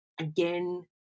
again